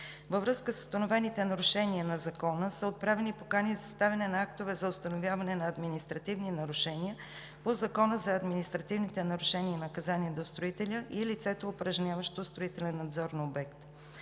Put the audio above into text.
Във връзка с установените нарушения на Закона са отправени покани за съставяне на актове за установяване на административни нарушения по Закона за административните нарушения и наказания до строителя и лицето, упражняващо строителен надзор на обекта.